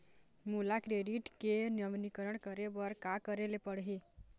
मोला क्रेडिट के नवीनीकरण करे बर का करे ले पड़ही?